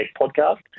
podcast